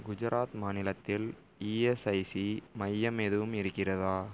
குஜராத் மாநிலத்தில் இஎஸ்ஐசி மையம் எதுவும் இருக்கிறதா